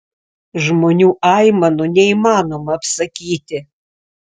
žmonių aimanų neįmanoma apsakyti